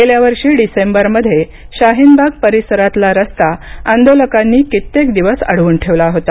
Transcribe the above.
गेल्या वर्षी डिसेंबरमध्ये शाहीनबाग परिसरातला रस्ता आंदोलकांनी कित्येक दिवस अडवून ठेवला होता